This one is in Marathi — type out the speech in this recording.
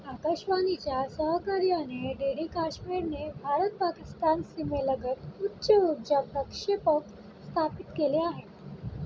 आकाशवाणीच्या सहकार्याने डी डी काश्मिरने भारत पाकिस्तान सीमेलगत उच्च ऊर्जा प्रक्षेपक स्थापित केले आहे